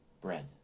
bread